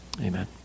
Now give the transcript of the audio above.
Amen